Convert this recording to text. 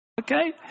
Okay